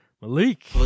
Malik